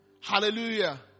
Hallelujah